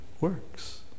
works